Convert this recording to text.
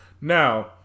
Now